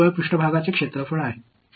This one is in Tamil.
மாணவர் dy dy அல்ல ஆனால்